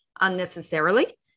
unnecessarily